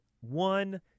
one